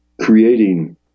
creating